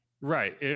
Right